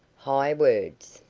high words.